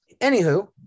Anywho